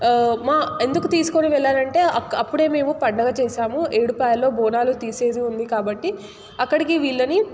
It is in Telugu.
మా ఎందుకు తీసుకుని వెళ్లాను అంటే అప్పుడే మేము పండుగ చేశాము ఏడుపాయల్లో బోనాలు తీసేది ఉంది కాబట్టి అక్కడికి వీళ్ళని